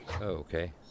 okay